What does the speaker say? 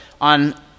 on